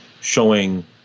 showing